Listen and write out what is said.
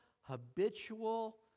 habitual